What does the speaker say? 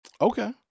okay